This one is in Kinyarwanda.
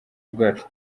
bwacu